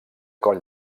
coll